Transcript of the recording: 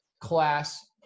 class